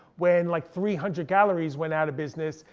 when like three hundred galleries went out of business,